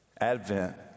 Advent